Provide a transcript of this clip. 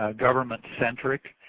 ah government centric.